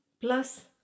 plus